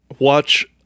watch